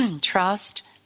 trust